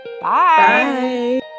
bye